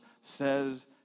says